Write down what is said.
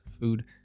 food